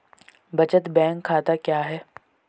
बचत बैंक खाता क्या है?